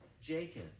Jacob